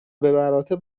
بمراتب